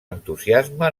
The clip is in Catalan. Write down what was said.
entusiasme